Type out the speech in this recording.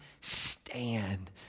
stand